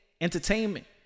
entertainment